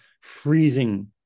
freezing